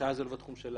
הרשעה זה לא בתחום שלנו.